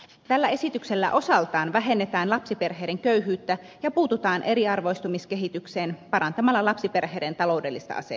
tällä esityksellä osaltaan vähennetään lapsiperheiden köyhyyttä ja puututaan eriarvoistumiskehitykseen parantamalla lapsiperheiden taloudellista asemaa